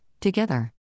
together